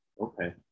okay